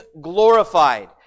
glorified